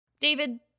david